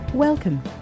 Welcome